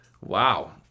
Wow